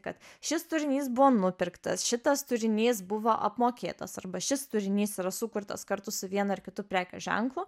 kad šis turinys buvo nupirktas šitas turinys buvo apmokėtas arba šis turinys yra sukurtas kartu su vienu ar kitu prekių ženklu